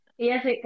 Yes